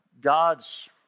God's